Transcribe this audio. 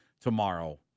tomorrow